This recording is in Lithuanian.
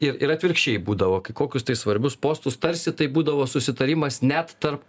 ir ir atvirkščiai būdavo kai kokius svarbius postus tarsi tai būdavo susitarimas net tarp